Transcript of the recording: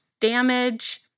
damage